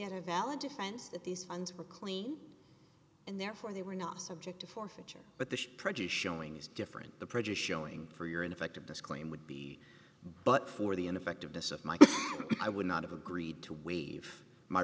had a valid defense that these funds were clean and therefore they were not subject to forfeiture but the prejudice showing is different the prejudice showing for your ineffective disclaim would be but for the ineffectiveness of mike i would not have agreed to waive my